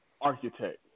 architect